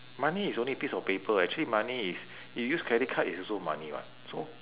money is only piece of paper actually money is you use credit card is also money what so